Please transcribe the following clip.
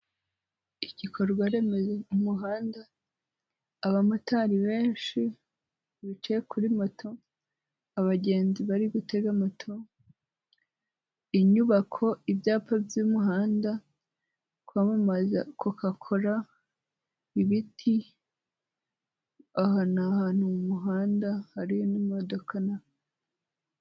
Igikorwa remezo umuhanda, abamotari benshi bicaye kuri moto, abagenzi bari gutega moto, inyubako, ibyapa by'umuhanda, kwamamaza kokakora, ibiti, aha ni ahantu ni ahantu mu muhanda hari n'imodoka.